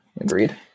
agreed